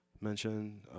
mention